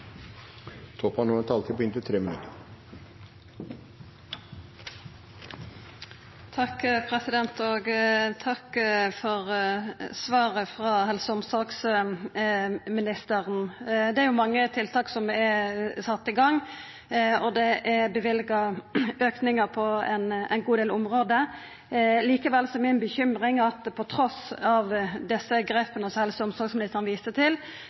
Takk for svaret frå helse- og omsorgsministeren. Det er mange tiltak som er sette i gang, og det er løyvd auke på ein god del område. Likevel er mi bekymring at trass i desse grepa som helse- og omsorgsministeren viste til,